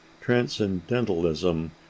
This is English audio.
transcendentalism